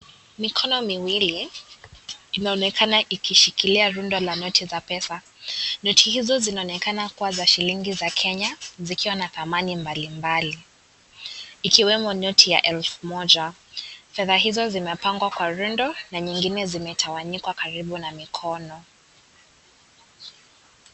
Mikono miwili inaonekana ikishikilia rundo la noti za pesa, noti hizo zinaonekana kuwa za shilingi za Kenya, zikiwa na thamani mbalimbali. Ikiwemo noti ya elfu moja. Fedha hizo zimepangwa kwa rundo na nyingine zimetawanyika karibu na mikono.